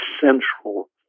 central